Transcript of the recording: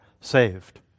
saved